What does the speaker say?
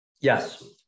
Yes